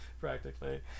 practically